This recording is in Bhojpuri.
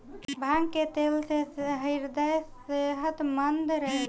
भांग के तेल से ह्रदय सेहतमंद रहेला